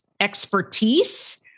expertise